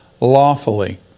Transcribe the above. lawfully